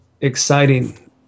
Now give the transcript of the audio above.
exciting